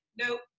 nope